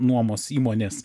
nuomos įmonės